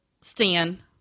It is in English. Stan